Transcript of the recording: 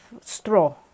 straw